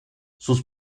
sus